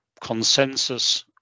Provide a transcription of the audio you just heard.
consensus